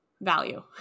value